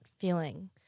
feeling